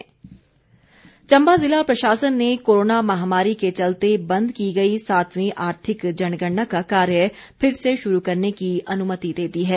जनगणना चंबा ज़िला प्रशासन ने कोरोना महामारी के चलते बंद की गई सातवीं आर्थिक जनगणना का कार्य फिर से शुरू करने की अनुमति दे दी है